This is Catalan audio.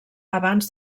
abans